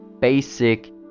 basic